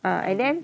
uh and then